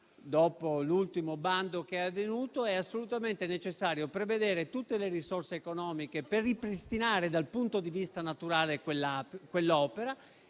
dopo l'ultimo bando che è avvenuto, è assolutamente necessario prevedere tutte le risorse economiche per ripristinare dal punto di vista naturale quell'opera